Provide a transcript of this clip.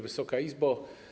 Wysoka Izbo!